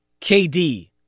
KD